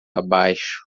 abaixo